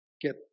get